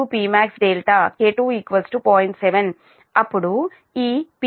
7 అప్పుడు ఈ Pi K2 Pmax sinm1